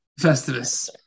Festivus